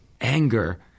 anger